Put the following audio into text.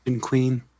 queen